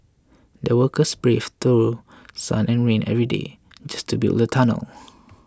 the workers braved through sun and rain every day just to build the tunnel